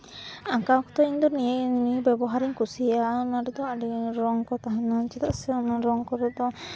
ᱟᱸᱠᱟᱣ ᱠᱚᱫᱚ ᱤᱧᱫᱚ ᱱᱤᱭᱟᱹ ᱱᱤᱭᱟᱹ ᱵᱮᱵᱚᱦᱟᱨᱤᱧ ᱠᱩᱥᱤᱭᱟᱜᱼᱟ ᱱᱚᱸᱰᱮᱫᱚ ᱟᱹᱰᱤ ᱨᱚᱝ ᱠᱚ ᱛᱟᱦᱮᱱᱟ ᱪᱮᱫᱟᱜ ᱥᱮ ᱚᱱᱟ ᱨᱚᱝ ᱠᱚᱨᱮ ᱫᱚ